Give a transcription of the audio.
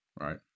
Right